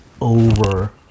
over